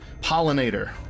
pollinator